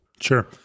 sure